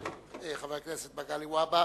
חבר הכנסת מגלי והבה,